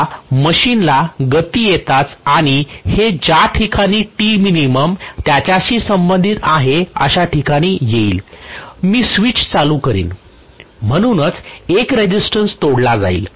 आता मशीनला गती येताच आणि हे ज्या ठिकाणी त्याच्याशी संबंधित आहे अशा ठिकाणी येईल मी स्विच चालू करीन म्हणूनच एक रेसिस्टन्स तोडला जाईल